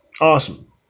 awesome